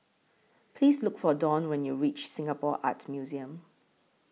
Please Look For Dawne when YOU REACH Singapore Art Museum